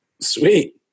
sweet